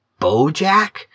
Bojack